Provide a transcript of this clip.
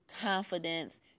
confidence